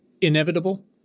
inevitable